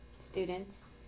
students